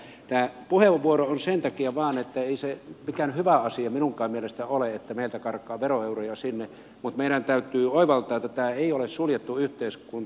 tämä puheenvuoro on sen takia vain että ei se mikään hyvä asia minunkaan mielestäni ole että meiltä karkaa veroeuroja sinne mutta meidän täytyy oivaltaa että tämä ei ole suljettu yhteiskunta